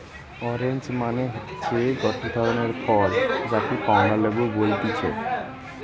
orange মানে হতিছে গটে ধরণের ফল যাকে কমলা লেবু বলতিছে